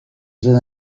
ses